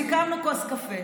סיכמנו כוס קפה.